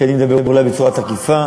כי אני מדבר בצורה תקיפה,